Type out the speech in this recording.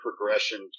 progression